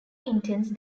intense